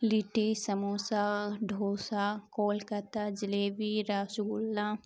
لٹی samosa dosa Kolkata jalebi rasgulla